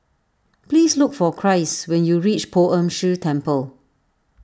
please look for Christ when you reach Poh Ern Shih Temple